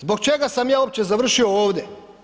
Zbog čega sam ja uopće završio ovdje?